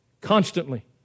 constantly